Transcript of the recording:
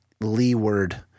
leeward